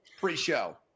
pre-show